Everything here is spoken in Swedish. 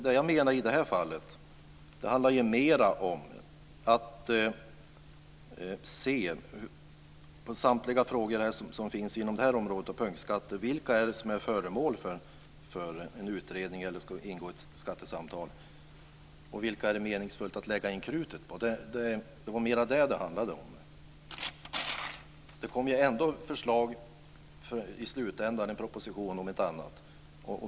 Det jag menade i det här fallet handlar mer om att se på samtliga frågor som finns inom punktskatteområdet för att avgöra vilka som är föremål för en utredning eller ska ingå i ett skattesamtal och vilka som det är meningsfullt att lägga krutet på. Det var mer det det handlade om. Det kommer ju ändå förslag i slutändan, om inte annat i propositionen.